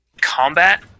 combat